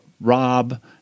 Rob